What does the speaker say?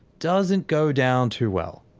doesn't go down too well.